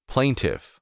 Plaintiff